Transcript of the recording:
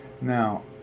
Now